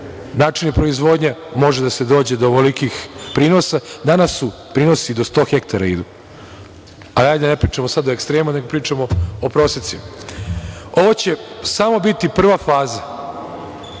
načini proizvodnje može da se dođe do ovolikih prinosa. Danas prinosi do 100 hektara idu, ali hajde da ne pričamo sada o ekstremu nego pričamo o prosecima. Ovo će samo biti prva faza,